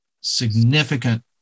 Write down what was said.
significant